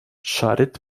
шарит